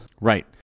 Right